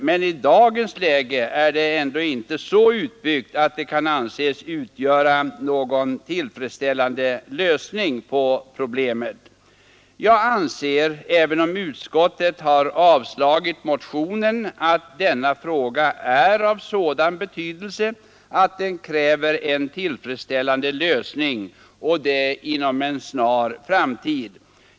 Men i dagens läge är det inte så utbyggt att det kan anses utgöra någon tillfredsställande lösning på problemet. Jag anser — även om utskottet har avstyrkt motionen — att denna fråga är av sådan betydelse att den kräver en tillfredsställande lösning och det inom en snar framtid.